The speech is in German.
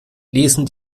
lesen